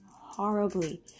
horribly